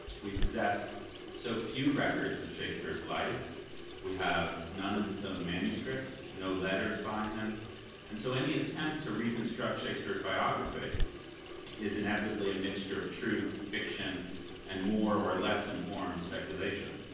we possess so few records of shakespeare's life we have none of his own manuscripts no letters by him and so any attempt to reconstruct shakespeare's biography is inevitably a mixture of truth, fiction and more or less informed speculation.